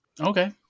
Okay